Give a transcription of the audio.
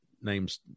names